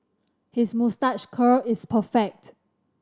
his moustache curl is perfect